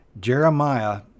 Jeremiah